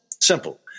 simple